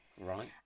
Right